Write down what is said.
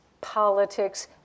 politics